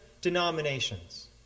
denominations